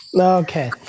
Okay